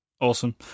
awesome